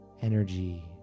energy